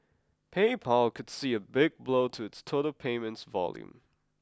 PayPal could see a big blow to its total payments volume